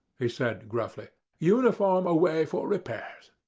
he said, gruffly. uniform away for repairs.